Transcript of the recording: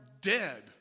dead